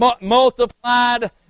multiplied